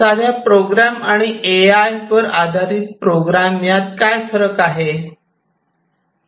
साध्या प्रोग्रॅम आणि A I आधारित प्रोग्रॅम यात फरक काय आहे